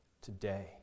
today